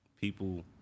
people